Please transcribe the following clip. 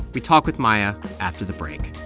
we talk with maya after the break